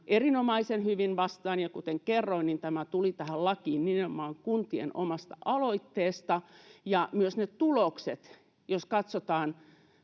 erinomaisen hyvin vastaan, ja kuten kerroin, tämä tuli tähän lakiin nimenomaan kuntien omasta aloitteesta, ja myös ne tulokset, jos katsotaan